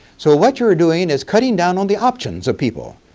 so what you're doing is cutting down on the options of people.